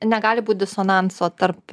negali būt disonanso tarp